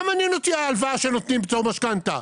מה מעניין אותי ההלוואה שנותנים עם פטור ממשכנתה?